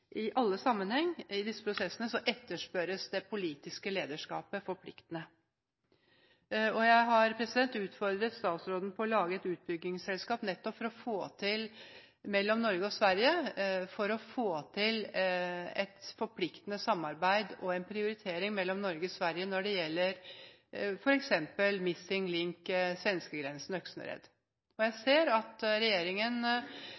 i alle sammenhenger i disse prosessene etterspørres det forpliktende politiske lederskapet. Jeg har utfordret statsråden til å lage et utbyggingsselskap mellom Norge og Sverige nettopp for å få til et forpliktende samarbeid og en prioritering mellom disse landene når det gjelder f.eks. en «missing link» mellom svenskegrensen og Øksnered. Jeg